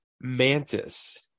Mantis